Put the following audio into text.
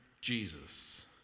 Jesus